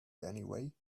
anyway